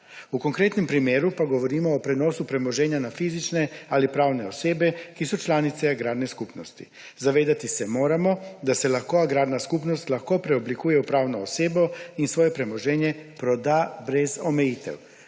V konkretnem primeru pa govorimo o prenosu premoženja na fizične ali pravne osebe, ki so članice agrarne skupnosti. Zavedati se moramo, da se lahko agrarna skupnost lahko preoblikuje v pravno osebo in svoje premoženje proda brez omejitev.